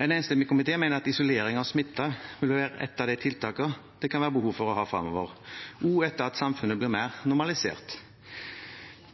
En enstemmig komité mener at isolering av smittede bør være ett av de tiltakene det kan være behov for å ha fremover, også etter at samfunnet blir mer normalisert.